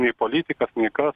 nei politikas nei kas